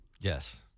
Yes